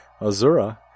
Azura